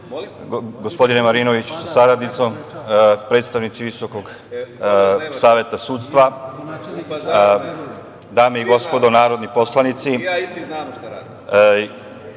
gospodine Marinoviću sa saradnicom, predstavnici Visokog saveta sudstva, dame i gospodo narodni poslanici,